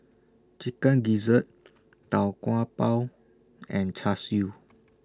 Chicken Gizzard Tau Kwa Pau and Char Siu